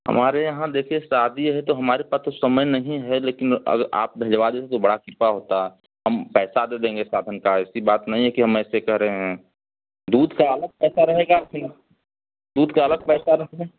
हमारे यहाँ देखिए शादी है तो हमारे पास तो समय नहीं है लेकिन अग आप भेजवा देते तो बड़ा कृपा होता हम पैसा दे देंगे साधन का ऐसी बात नहीं है कि हम ऐसे कह रहे हैं दूध का अलग पैसा रहेगा फिर दूध का अलग पैसा रहेगा